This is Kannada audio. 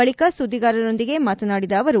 ಬಳಿಕ ಸುದ್ದಿಗಾರರೊಂದಿಗೆ ಮಾತನಾಡಿದ ಅವರು